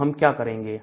तो हम क्या करेंगे